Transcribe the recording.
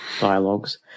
dialogues